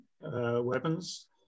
weapons